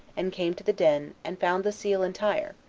and came to the den, and found the seal entire,